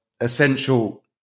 essential